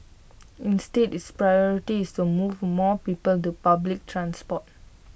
instead its priority is to move more people to public transport